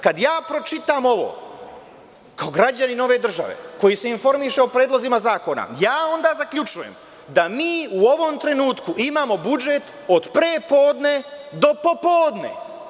Kada ja pročitam ovo, kao građanin ove države, koji se informiše o predlozima zakona, onda zaključujem da mi u ovom trenutku imamo budžet od pre podne do popodne.